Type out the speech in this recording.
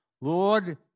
Lord